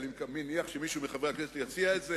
אני מניח שמישהו מחברי הכנסת יציע את זה.